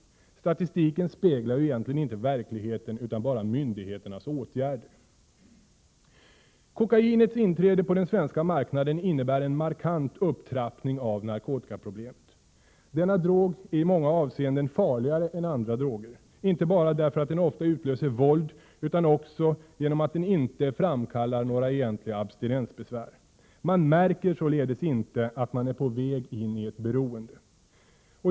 Statistiken speglar ju egentligen inte verkligheten, utan bara myndigheternas åtgärder. Kokainets inträde på den svenska marknaden innebär en markant upptrappning av narkotikaproblemet. Denna drog är i många avseenden farligare än andra droger, inte bara därför att den ofta utlöser våld utan också genom att den inte framkallar några egentliga abstinensbesvär. Man märker således inte att man är på väg in i ett beroende.